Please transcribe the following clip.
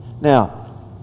Now